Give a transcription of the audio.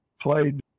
played